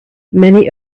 many